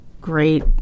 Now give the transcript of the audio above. great